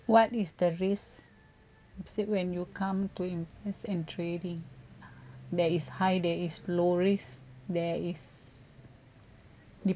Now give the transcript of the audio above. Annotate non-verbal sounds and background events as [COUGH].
what is the risk sit when you come to invest in trading [BREATH] there is high there is low risk there is de~